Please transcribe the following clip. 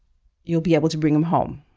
you'll be able to bring him home.